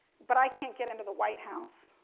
but i can't get into the white house.